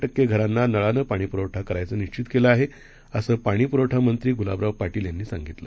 टक्केघरांनानळानंपाणीपुरवठाकरायचंनिश्चितकेलंआहे असंपाणीपुरवठामंत्रीगुलाबरावपाटीलयांनीसांगितलं